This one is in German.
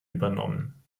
übernommen